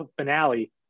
finale